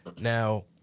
now